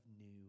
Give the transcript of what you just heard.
new